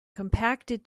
compacted